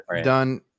done